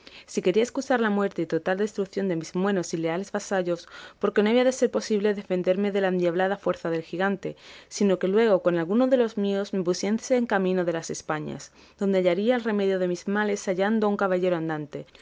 si quería escusar la muerte y total destruición de mis buenos y leales vasallos porque no había de ser posible defenderme de la endiablada fuerza del gigante sino que luego con algunos de los míos me pusiese en camino de las españas donde hallaría el remedio de mis males hallando a un caballero andante